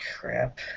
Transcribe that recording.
crap